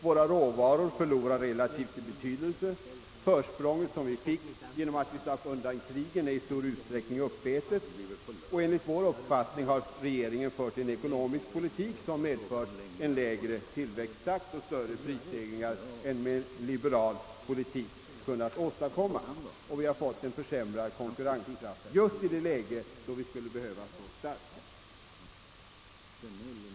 Våra råvaror förlorar relativt i betydelse, det försprång som vi fick på grund av att vi slapp krigen är i stor utsträckning uppätet, och regeringen har fört en ekonomisk politik som gett oss en lägre tillväxttakt än man med en liberal politik hade kunnat åstadkomma. Vi har fått en försämrad konkurrenskraft just i det läge då vi skulle behöva stå starka.